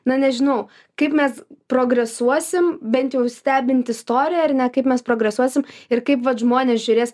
na nežinau kaip mes progresuosim bent jau stebint istoriją ar ne kaip mes progresuosim ir kaip vat žmonės žiūrės